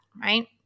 right